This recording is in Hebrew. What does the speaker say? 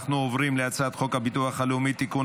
אנחנו עוברים להצעת חוק הביטוח הלאומי (תיקון,